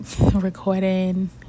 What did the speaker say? Recording